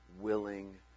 willing